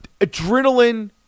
adrenaline